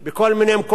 בכל מיני מקומות,